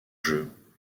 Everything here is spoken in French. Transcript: jeu